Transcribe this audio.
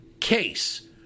case